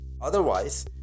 otherwise